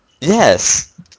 Yes